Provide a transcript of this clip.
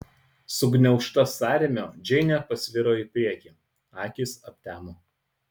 sugniaužta sąrėmio džeinė pasviro į priekį akys aptemo